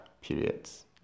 periods